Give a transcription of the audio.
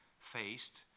faced